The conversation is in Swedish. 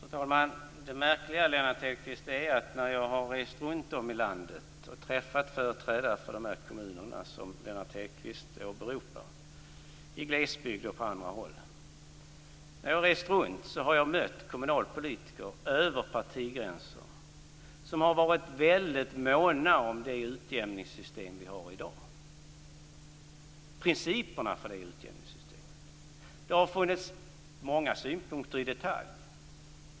Fru talman! Det märkliga är, Lennart Hedquist, att när jag har rest runtom i landet och träffat företrädare för de kommuner som Lennart Hedquist åberopar i glesbygder och på andra håll har jag mött kommunalpolitiker över partigränserna som har varit väldigt måna om det utjämningssystem vi har i dag och principerna för det utjämningssystemet. Det har funnits många synpunkter på detaljer.